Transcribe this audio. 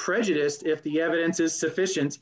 prejudiced if the evidence is sufficient